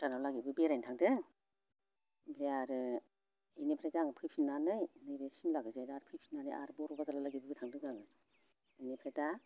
भुटानहालागैबो बेरायनो थांदों ओमफ्राय आरो इनिफ्राय दा आं फैफिननानै नैबे सिमलाजोंहाय आरो फैफिननानै आर बर' बाजारहालागैबो थांदों आङो बिनिफ्राय दा